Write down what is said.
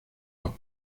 los